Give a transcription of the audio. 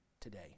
today